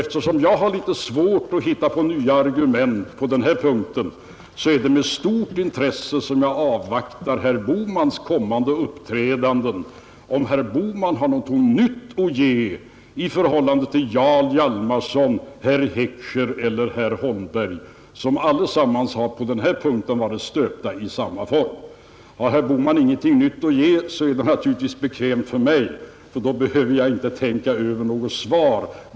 Eftersom jag har litet svårt att hitta på nya argument på den punkten är det med stort intresse som jag avvaktar herr Bohmans kommande uppträdanden för att se om han har något nytt att ge i förhållande till herr Hjalmarson, herr Heckscher och herr Holmberg, som alla på denna punkt var stöpta i samma form. Har herr Bohman ingenting nytt att ge, är det naturligtvis bekvämt för mig, ty då behöver jag inte tänka ut något svar.